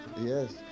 Yes